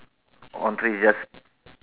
on tree just